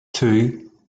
two